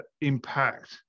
impact